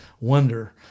wonder